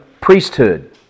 priesthood